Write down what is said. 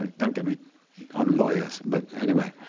don't get me on lawyers. but anyway.